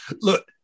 Look